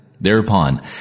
Thereupon